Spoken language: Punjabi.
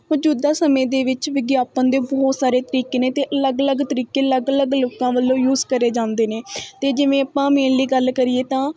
ਮੌਜੂਦਾ ਸਮੇਂ ਦੇ ਵਿੱਚ ਵਿਗਿਆਪਨ ਦੇ ਬਹੁਤ ਸਾਰੇ ਤਰੀਕੇ ਨੇ ਅਤੇ ਅਲੱਗ ਅਲੱਗ ਤਰੀਕੇ ਅਲੱਗ ਅਲੱਗ ਲੋਕਾਂ ਵੱਲੋਂ ਯੂਜ ਕਰੇ ਜਾਂਦੇ ਨੇ ਅਤੇ ਜਿਵੇਂ ਆਪਾਂ ਮੇਨਲੀ ਗੱਲ ਕਰੀਏ ਤਾਂ